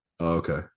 Okay